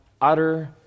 utter